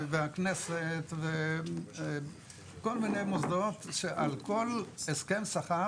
הכנסת וכל מיני מוסדות שעל כל הסכם שכר